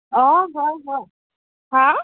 অঁ হয় হয় হাঁ